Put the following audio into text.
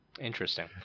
Interesting